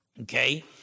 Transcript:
okay